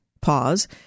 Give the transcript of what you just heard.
pause